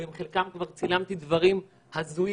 ועם חלקם כבר צילמתי דברים הזויים,